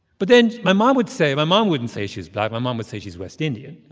but then my mom would say my mom wouldn't say she was black. my mom would say she's west indian.